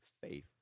Faith